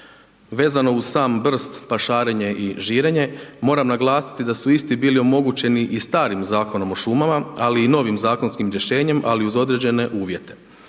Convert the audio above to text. Vezano uz sam brst, pašarenje i žirenje, moram naglasiti da su isti bili omogućiti i starim Zakonom o šumama, ali i novim zakonskim rješenjem, ali uz određene uvjete.